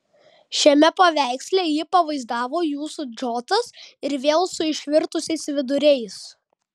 šiame paveiksle jį pavaizdavo jūsų džotas ir vėl su išvirtusiais viduriais